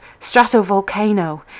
stratovolcano